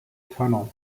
tunnel